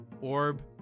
orb